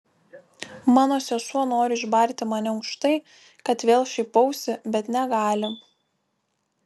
mano sesuo nori išbarti mane už tai kad vėl šaipausi bet negali